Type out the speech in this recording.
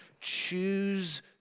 choose